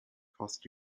cost